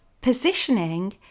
positioning